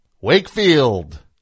Wakefield